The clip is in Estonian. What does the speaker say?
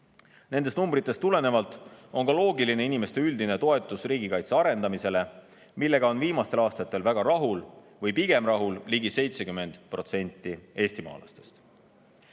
Nendest numbritest tulenevalt on ka loogiline inimeste üldine toetus riigikaitse arendamisele, millega on viimastel aastatel väga rahul või pigem rahul ligi 70% eestimaalastest.